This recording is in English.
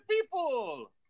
people